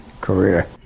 career